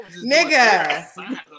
nigga